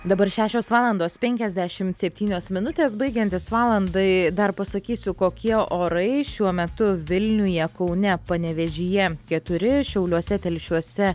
dabar šešios valandos penkiasdešimt septynios minutės baigiantis valandai dar pasakysiu kokie orai šiuo metu vilniuje kaune panevėžyje keturi šiauliuose telšiuose